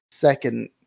second